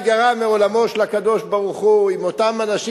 וכבר מה ייגרע מעולמו של הקדוש-ברוך-הוא אם אותם אנשים